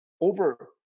over